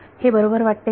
हे बरोबर वाटते का